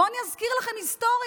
בואו אני אזכיר להם היסטוריה: